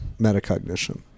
metacognition